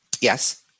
Yes